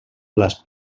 les